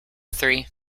three